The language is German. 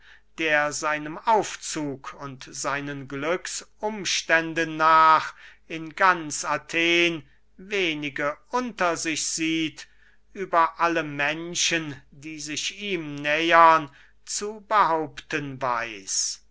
der seinem aufzug und seinen glücksumständen nach in ganz athen wenige unter sich sieht über alle menschen die sich ihm nähern zu behaupten weiß